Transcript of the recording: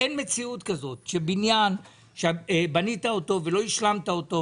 אין מציאות כזו שבה יש בניין שבנית ולא השלמת אותו,